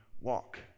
walk